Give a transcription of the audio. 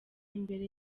imbere